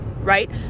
right